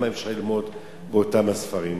למה אי-אפשר ללמוד באותם הספרים?